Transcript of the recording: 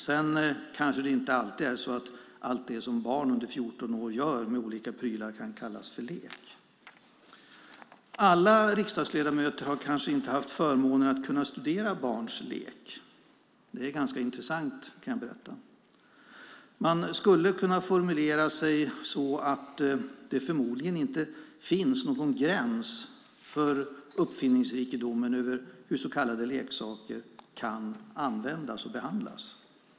Sedan kanske inte allt det som barn under 14 år gör med prylar kan kallas för lek. Alla riksdagsledamöter har kanske inte haft förmånen att kunna studera barns lek. Det är ganska intressant, kan jag berätta. Man skulle kunna formulera sig så att det förmodligen inte finns någon gräns för uppfinningsrikedomen över hur så kallade leksaker kan användas och behandlas.